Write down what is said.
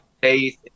faith